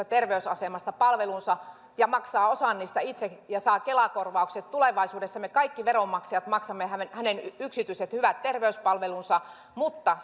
terveysasemalta palvelunsa ja maksaa osan niistä itse ja saa kela korvaukset tulevaisuudessa me kaikki veronmaksajat maksamme hänen hänen yksityiset hyvät terveyspalvelunsa mutta